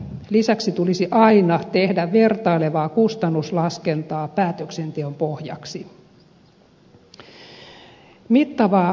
lisäksi tulisi aina tehdä vertailevaa kustannuslaskentaa päätöksenteon pohjaksi